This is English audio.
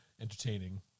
entertaining